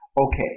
Okay